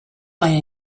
way